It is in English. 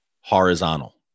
horizontal